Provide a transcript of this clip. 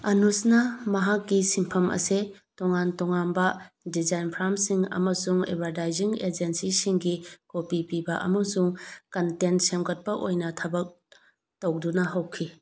ꯑꯅꯨꯁꯅ ꯃꯍꯥꯛꯀꯤ ꯁꯤꯟꯐꯝ ꯑꯁꯦ ꯇꯣꯉꯥꯟ ꯇꯣꯉꯥꯟꯕ ꯗꯤꯖꯥꯏꯟ ꯐ꯭ꯔꯥꯝꯁꯤꯡ ꯑꯃꯁꯨꯡ ꯑꯦꯕꯔꯗꯥꯏꯖꯤꯡ ꯑꯦꯖꯦꯟꯁꯤ ꯁꯤꯡꯒꯤ ꯀꯣꯄꯤ ꯄꯤꯕ ꯑꯃꯁꯨꯡ ꯀꯟꯇꯦꯟ ꯁꯦꯝꯒꯠꯄ ꯑꯣꯏꯅ ꯊꯕꯛ ꯇꯧꯗꯨꯅ ꯍꯧꯈꯤ